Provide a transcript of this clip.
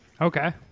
Okay